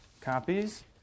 Copies